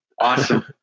Awesome